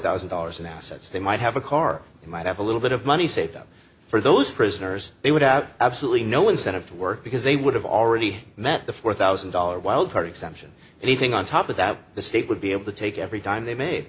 thousand dollars in assets they might have a car they might have a little bit of money saved up for those prisoners they would have absolutely no incentive to work because they would have already met the four thousand dollars wild card exemption anything on top of that the state would be able to take every dime they